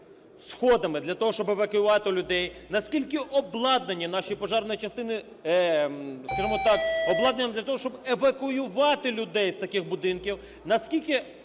сходами для того, щоб евакуювати людей, на скільки обладнані наші пожарні частини, скажемо так, обладнанням для того, щоб евакуювати людей з таких будинків, на скільки,